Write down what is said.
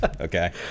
Okay